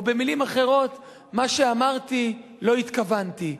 או במלים אחרות: מה שאמרתי לא התכוונתי.